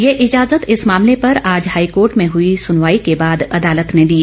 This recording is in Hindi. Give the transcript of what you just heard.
ये इजाज़त इस मामले पर आज हाईकोर्ट में हई सुनवाई के बाद अदालत ने दी